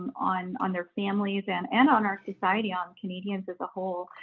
on on their families and and on our society on canadians as a whole.